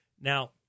Now